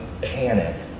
panic